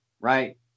right